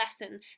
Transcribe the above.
lesson